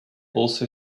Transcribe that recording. also